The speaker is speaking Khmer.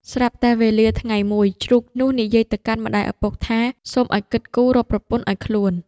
ស្រាប់តែវេលាថ្ងៃមួយ ជ្រូកនោះនិយាយទៅកាន់ម្ដាយឪពុកថា សូមឱ្យគិតគូររកប្រពន្ធឱ្យខ្លួន។